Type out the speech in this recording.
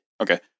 Okay